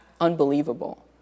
unbelievable